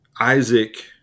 Isaac